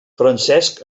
francesc